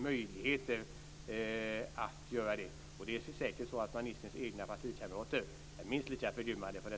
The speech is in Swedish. Ministerns partikamrater är säkert minst lika förgrymmade.